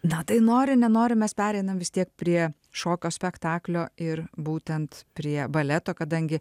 na tai nori nenori mes pereinam vis tiek prie šokio spektaklio ir būtent prie baleto kadangi